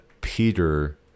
Peter